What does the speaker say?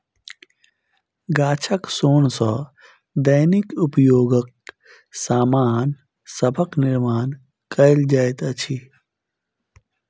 गाछक सोन सॅ दैनिक उपयोगक सामान सभक निर्माण कयल जाइत अछि